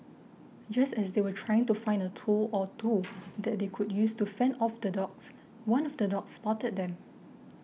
just as they were trying to find a tool or two that they could use to fend off the dogs one of the dogs spotted them